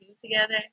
together